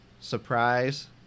Surprise